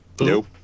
nope